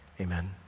amen